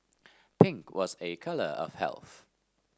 pink was a colour of health